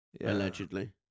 allegedly